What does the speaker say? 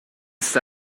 ist